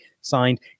signed